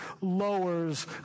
lowers